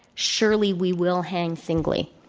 surely we will hang singly.